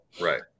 Right